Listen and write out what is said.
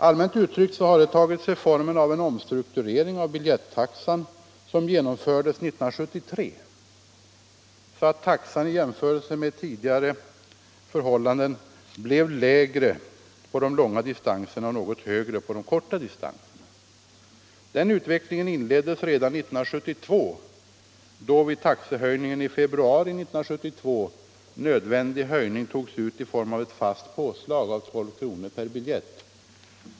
Allmänt uttryckt har utjämningen tagit sig formen av en omstrukturering av biljettaxan som genomfördes 1973, så att taxan i jämförelse med tidigare förhållanden blev lägre på de långa distanserna men något högre på de korta distanserna. Den utvecklingen inleddes redan 1972, då vid taxehöjningen i februari nödvändig höjning togs ut i form av ett fast påslag av 12 kr. per biljett.